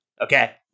Okay